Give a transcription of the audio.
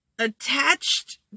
attached